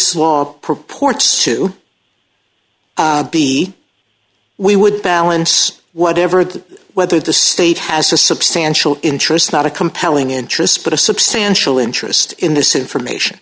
swap purports to be we would balance whatever the weather the state has a substantial interest not a compelling interest but a substantial interest in this information